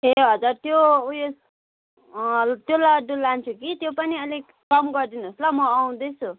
ए हजुर त्यो उयो त्यो लड्डु लान्छु कि त्यो पनि अलिक कम गरिदिनु होस् ल म आउँदैछु